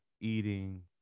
eating